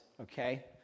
Okay